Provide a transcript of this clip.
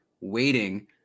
waiting